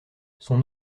son